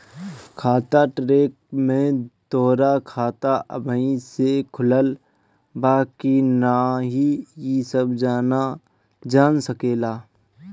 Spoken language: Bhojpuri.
खाता ट्रैक में तोहरा खाता अबही ले खुलल बा की ना इ सब जान सकेला